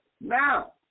Now